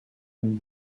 and